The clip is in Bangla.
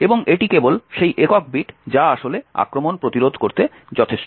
এবং এটি কেবল সেই একক বিট যা আসলে আক্রমণ প্রতিরোধ করতে যথেষ্ট